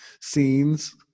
scenes